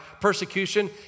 persecution